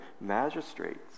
magistrates